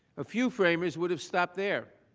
a few framers would've stopped there.